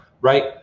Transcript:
right